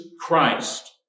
Christ